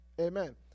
Amen